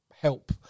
help